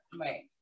Right